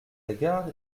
égard